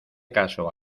caso